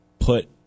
put